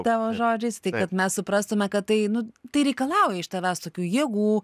tavo žodžiais tai kad mes suprastume kad tai nu tai reikalauja iš tavęs tokių jėgų